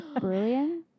Brilliant